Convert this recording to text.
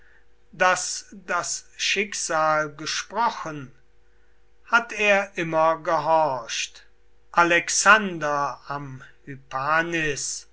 daß das schicksal gesprochen hat er immer gehorcht alexander am